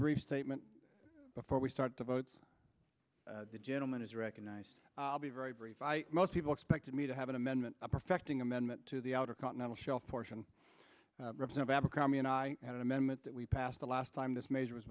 brief statement before we start the votes the gentleman is recognized i'll be very brief i most people expected me to have an amendment perfecting amendment to the outer continental shelf portion of abercrombie and i had an amendment that we passed the last time this measure was